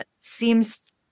seems